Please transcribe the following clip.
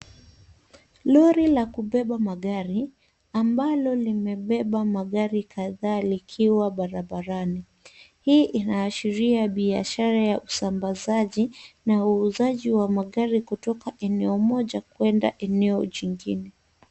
Lori la kubeba magari, ambalo limebeba magari kadhaa likiwa barabarani. Hii inaashiria biashara ya usambazaji, na uuzaji wa magari kutoka eneo moja kuenda eneo jingine.